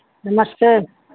नमस्ते